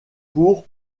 pour